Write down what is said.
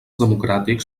democràtics